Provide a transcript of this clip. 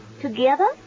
Together